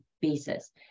basis